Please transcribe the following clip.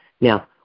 Now